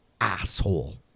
asshole